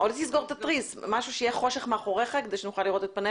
רחוקה להיות מובנת מאליה.